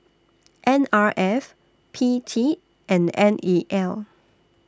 N R F P T and N E L